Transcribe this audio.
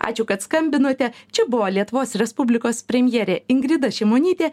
ačiū kad skambinote čia buvo lietuvos respublikos premjerė ingrida šimonytė